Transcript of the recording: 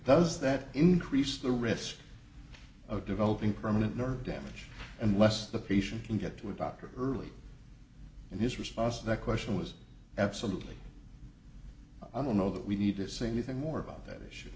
does that increase the risk of developing permanent nerve damage unless the patient can get to a doctor early in his response that question was absolutely i don't know that we need to say anything more about that issue